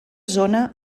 zona